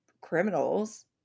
criminals